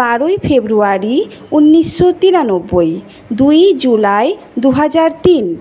বারোই ফেব্রুয়ারি ঊনিশশো তিরানব্বই দুই জুলাই দু হাজার তিন